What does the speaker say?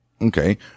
Okay